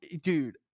dude